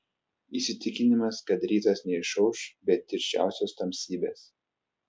įsitikinimas kad rytas neišauš be tirščiausios tamsybės